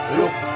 look